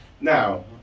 Now